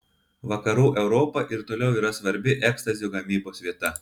vakarų europa ir toliau yra svarbi ekstazio gamybos vieta